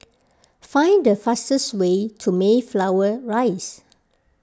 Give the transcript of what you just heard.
find the fastest way to Mayflower Rise